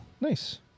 Nice